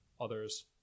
Others